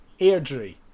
Airdrie